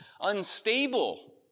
unstable